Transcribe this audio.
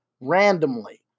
randomly